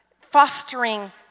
fostering